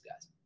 guys